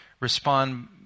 respond